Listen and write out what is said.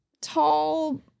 tall